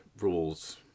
rules